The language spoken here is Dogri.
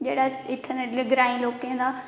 जेहड़ा इत्थै ग्रांई लोकें दा